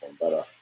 better